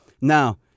Now